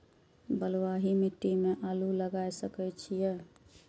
बलवाही मिट्टी में आलू लागय सके छीये?